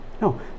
no